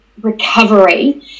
recovery